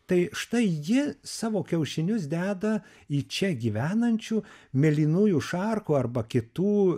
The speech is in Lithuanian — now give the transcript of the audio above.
tai štai ji savo kiaušinius deda į čia gyvenančių mėlynųjų šarkų arba kitų